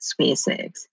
SpaceX